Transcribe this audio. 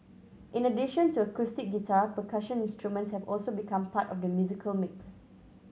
in addition to acoustic guitar percussion instruments have also become part of the musical mix